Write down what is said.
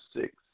six